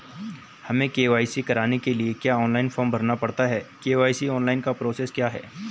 हमें के.वाई.सी कराने के लिए क्या ऑनलाइन फॉर्म भरना पड़ता है के.वाई.सी ऑनलाइन का प्रोसेस क्या है?